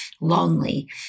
lonely